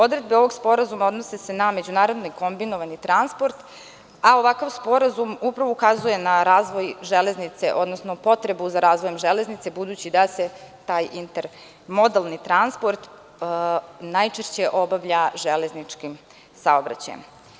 Odredbe ovog sporazuma odnose se na međunarodni kombinovani transport, a ovakav sporazum upravo ukazuje na razvoj železnice, odnosno potrebu za razvojem železnice budući da se taj intermodalni transport najčešće obavlja železničkim saobraćajem.